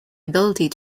ability